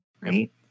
right